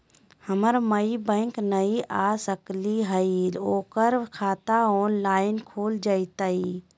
हमर माई बैंक नई आ सकली हई, ओकर खाता ऑनलाइन खुल जयतई?